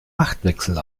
machtwechsel